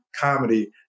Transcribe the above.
comedy